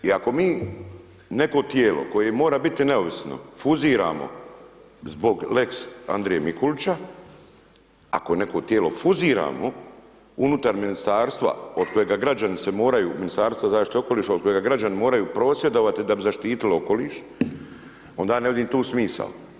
I ako mi neko tijelo koje mora biti neovisno fuziramo zbog „lex Andrije Mikulića“, ako neko tijelo fuziramo unutar ministarstva od kojega građani se moraju, Ministarstva zaštite okoliša, od kojega građani moraju prosvjedovati da bi zaštiti okoliš, onda ne vidim tu smisao.